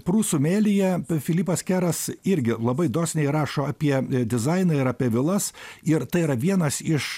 prūsų mėlyje filipas keras irgi labai dosniai rašo apie dizainą ir apie vilas ir tai yra vienas iš